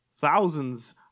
Thousands